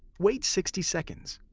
wait sixty seconds.